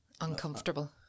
Uncomfortable